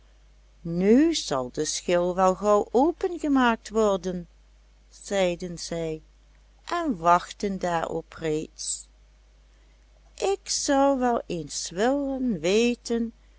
nu zal de schil wel gauw opengemaakt worden zeiden zij en wachtten daarop reeds ik zou wel eens willen weten